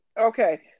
Okay